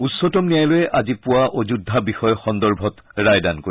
উচ্চতম ন্যায়ালয়ে আজি পুৱা অযোধ্যা বিষয় সন্দৰ্ভত ৰায়দান কৰিব